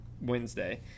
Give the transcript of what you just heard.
Wednesday